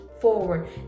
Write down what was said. forward